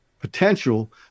potential